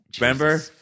Remember